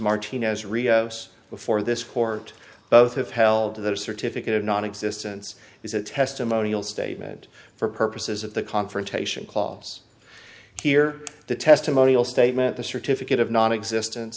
martino's rios before this court both have held their certificate of non existence is a testimonial statement for purposes of the confrontation clause here the testimonial statement the certificate of non existen